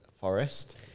Forest